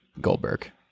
goldberg